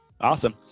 Awesome